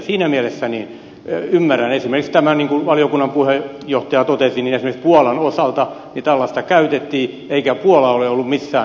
siinä mielessä ymmärrän tämän niin kuin valiokunnan puheenjohtaja totesi että esimerkiksi puolan osalta tällaista käytettiin eikä puola ole ollut missään lehtiotsikoissa